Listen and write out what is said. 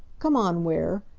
come on, ware.